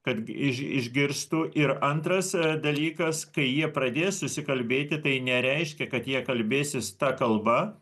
kad iš išgirstų ir antras dalykas kai jie pradės susikalbėti tai nereiškia kad jie kalbėsis ta kalba